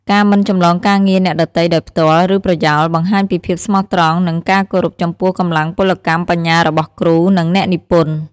ការ មិនចម្លងការងារអ្នកដទៃដោយផ្ទាល់ ឬប្រយោល បង្ហាញពីភាពស្មោះត្រង់ និងការគោរពចំពោះកម្លាំងពលកម្មបញ្ញារបស់គ្រូ និងអ្នកនិពន្ធ។